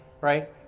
right